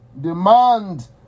Demand